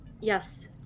Yes